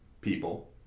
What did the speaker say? people